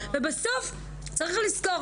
ובסוף צריך לזכור.